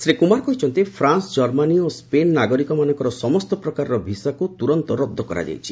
ସଚିବ କହିଛନ୍ତି ଫ୍ରାନ୍ସ ଜର୍ମାନୀ ଓ ସ୍କେନ୍ ନାଗରିକମାନଙ୍କର ସମସ୍ତ ପ୍ରକାରର ଭିସାକୁ ତୁରନ୍ତ ରଦ୍ଦ କରାଯାଇଛି